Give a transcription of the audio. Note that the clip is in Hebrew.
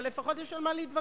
אבל לפחות יש על מה להתווכח,